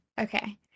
Okay